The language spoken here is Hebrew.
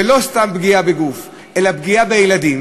ולא סתם פגיעה בגוף, אלא פגיעה בילדים.